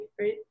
right